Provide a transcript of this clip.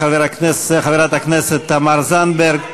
חברת הכנסת תמר זנדברג,